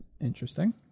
Interesting